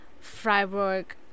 Freiburg